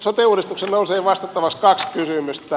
sote uudistuksesta nousee vastattavaksi kaksi kysymystä